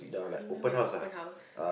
you mean what open house